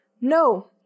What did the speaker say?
No